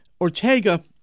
Ortega